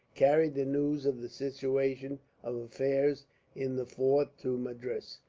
carried the news of the situation of affairs in the fort to madras,